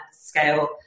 scale